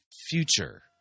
future